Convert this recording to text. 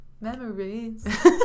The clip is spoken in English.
memories